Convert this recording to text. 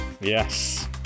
Yes